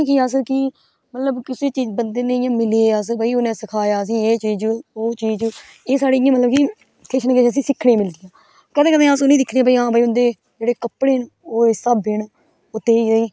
मतलब कुसे बंदे कन्नै इयां मिले अस भाई उनें सिखाया आसेगी एह् चीज ओह् चीज एह् साढ़ी इयां मतलब गी किश ना किश आसेंगी सिक्खने गी मिलदी कंदे कंदे अस उन्हेंगी दिक्खने कि हां भाई उन्दे जेहडे़ कपडे़ ना ओह् इस स्हावे दे ना ते